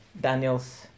Daniel's